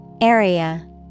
Area